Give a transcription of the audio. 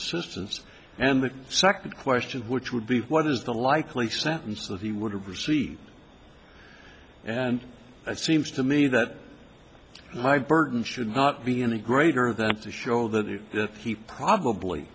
assistance and the second question which would be what is the likely sentence that he would receive and it seems to me that my burden should not be any greater than to show that in that he probably